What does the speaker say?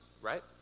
right